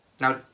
Now